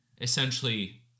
essentially